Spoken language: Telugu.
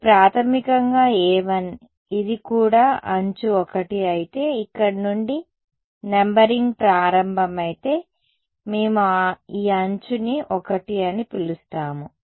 ఇది ప్రాథమికంగా a1 ఇది కూడా అంచు 1 అయితే ఇక్కడ నుండి నంబరింగ్ ప్రారంభమైతే మేము ఈ అంచుని 1 అని పిలుస్తాము